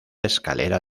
escalera